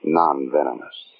non-venomous